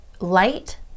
light